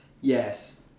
Yes